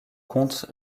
compte